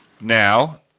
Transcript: Now